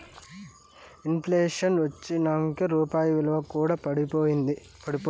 in ప్లేషన్ వచ్చినంకే రూపాయి ఇలువ కూడా ఇంకా పడిపాయే